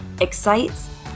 excites